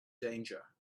danger